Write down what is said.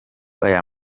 aya